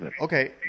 Okay